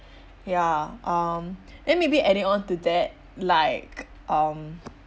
ya um then maybe adding onto that like um